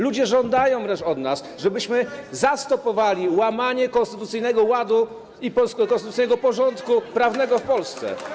Ludzie żądają wręcz od nas, żebyśmy zastopowali łamanie konstytucyjnego ładu i konstytucyjnego porządku prawnego w Polsce.